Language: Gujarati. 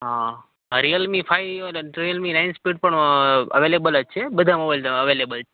હા રિયલમી ફાઇવ અને રિયલમી નાઇન સ્પીડ પણ અવેલેબલ જ છે બધા મોબાઇલ અવેલેબલ છે